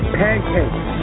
pancakes